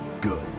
good